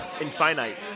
Infinite